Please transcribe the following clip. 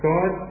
God